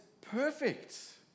perfect